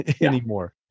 anymore